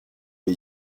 les